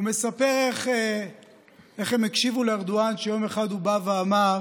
הוא מספר איך הם הקשיבו לארדואן כשיום אחד הוא בא ואמר